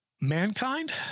Mankind